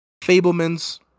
Fableman's